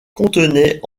contenait